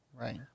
Right